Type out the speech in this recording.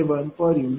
u